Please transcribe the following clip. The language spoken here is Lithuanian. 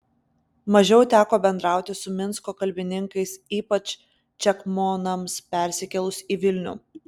mažiau teko bendrauti su minsko kalbininkais ypač čekmonams persikėlus į vilnių